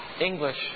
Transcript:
English